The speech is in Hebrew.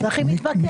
זה הכי מתבקש.